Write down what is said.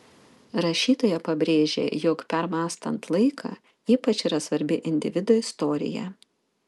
rašytoja pabrėžia jog permąstant laiką ypač yra svarbi individo istorija